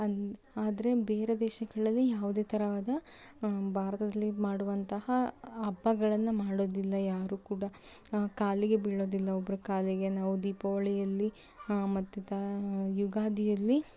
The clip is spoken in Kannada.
ಅದು ಆದರೆ ಬೇರೆ ದೇಶಗಳಲ್ಲಿ ಯಾವುದೇ ಥರವಾದ ಭಾರತದಲ್ಲಿ ಮಾಡುವಂತಹ ಹಬ್ಬಗಳನ್ನ ಮಾಡೋದಿಲ್ಲ ಯಾರು ಕೂಡ ಕಾಲಿಗೆ ಬೀಳೋದಿಲ್ಲ ಒಬ್ಬರ ಕಾಲಿಗೆ ನಾವು ದೀಪಾವಳಿಯಲ್ಲಿ ಮತ್ತಿತರ ಯುಗಾದಿಯಲ್ಲಿ